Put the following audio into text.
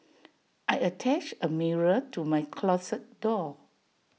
I attached A mirror to my closet door